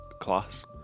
class